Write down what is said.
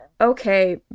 okay